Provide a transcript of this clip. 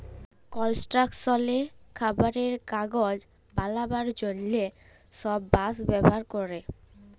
কলস্ট্রাকশলে, খাবারে, কাগজ বালাবার জ্যনহে ছব বাঁশ ব্যাভার ক্যরে